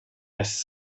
has